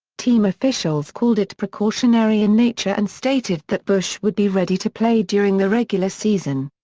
team officials called it precautionary in nature and stated that bush would be ready to play during the regular season.